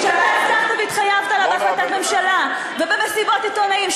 שאתה הבטחת והתחייבת עליו בהחלטת ממשלה ובמסיבות עיתונאים,